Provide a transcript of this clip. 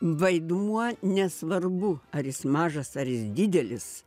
vaidmuo nesvarbu ar jis mažas ar jis didelis